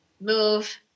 move